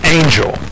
angel